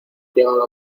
llegado